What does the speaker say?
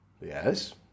yes